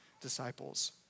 disciples